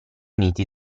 uniti